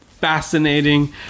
fascinating